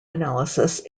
analysis